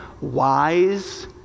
wise